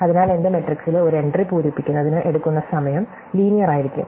അതിനാൽ എന്റെ മാട്രിക്സിലെ ഒരു എൻട്രി പൂരിപ്പിക്കുന്നതിന് എടുക്കുന്ന സമയം ലീനിയെർ ആയിരിക്കും